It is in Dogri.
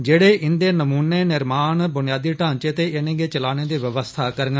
जेड़े इन्दे नमुने निर्माण बुनियादी ढ़ांचे ते इनेंगी चलाने दी व्यवसीा करङन